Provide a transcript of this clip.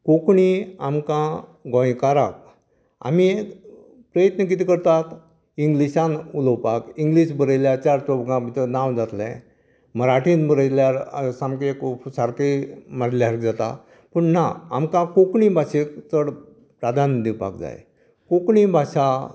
कोंकणी आमकां गोंयकाराक आमी प्रयत्न किदें करतात इंग्लिशान उलोवपाक इंग्लीश बरयल्यार चार चौगा भितर नांव जातलें मराठीन बरयल्यार सामकें सारकें म्हळ्यार जाता पूण ना आमकां कोंकणी भाशेक चड प्राधान्य दिवपाक जाय कोंकणी भाशा